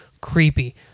creepy